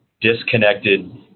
disconnected